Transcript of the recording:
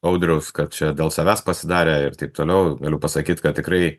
audriaus kad čia dėl savęs pasidarė ir taip toliau galiu pasakyt kad tikrai